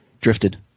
drifted